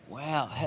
Wow